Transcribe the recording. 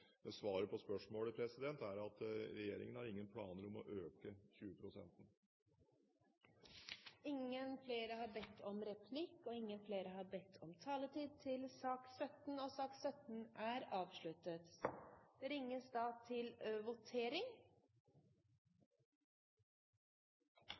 svaret på spørsmålet er at regjeringen har ingen planer om å øke 20 pst.-en. Replikkordskiftet er omme. Flere har ikke bedt om ordet til sak nr. 17. Da ser det ut til